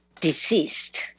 deceased